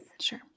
Sure